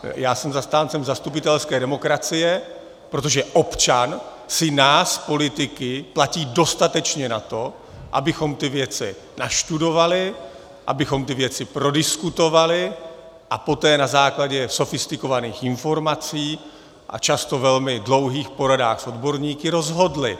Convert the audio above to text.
Já jsem zastáncem zastupitelské demokracie, protože občan si nás politiky platí dostatečně na to, abychom ty věci nastudovali, abychom ty věci prodiskutovali a poté na základě sofistikovaných informací a často velmi dlouhých porad s odborníky rozhodli.